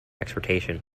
exportation